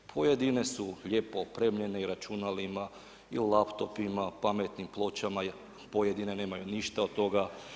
Pojedine su lijepo opremljene i računalima i laptopima, pametnim pločama, pojedine nemaju ništa od toga.